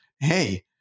hey